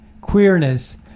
queerness